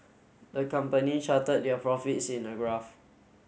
the company charted their profits in a graph